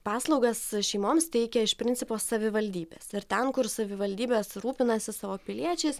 paslaugas šeimoms teikia iš principo savivaldybės ir ten kur savivaldybės rūpinasi savo piliečiais